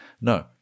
no